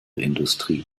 industrie